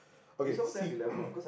okay see